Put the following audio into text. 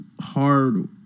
hard